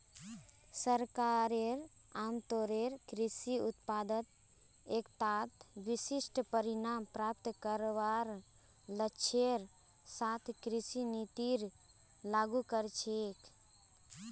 सरकार आमतौरेर कृषि उत्पादत एकता विशिष्ट परिणाम प्राप्त करवार लक्ष्येर साथ कृषि नीतिर लागू कर छेक